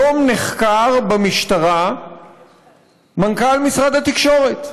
היום נחקר במשטרה מנכ"ל משרד התקשורת,